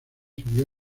siguió